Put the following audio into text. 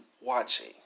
watching